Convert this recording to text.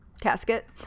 casket